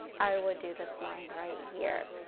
i would do this line right here.